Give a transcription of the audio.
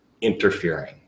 interfering